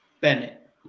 Bennett